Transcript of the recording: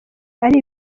ari